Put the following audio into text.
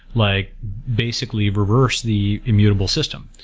like basically reversed the immutable system.